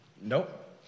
Nope